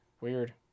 Weird